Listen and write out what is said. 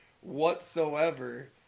whatsoever